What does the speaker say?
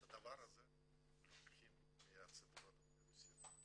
את הדבר הזה לוקחים מציבור דוברי הרוסית.